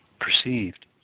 perceived